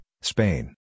Spain